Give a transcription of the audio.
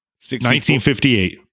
1958